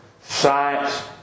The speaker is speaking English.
science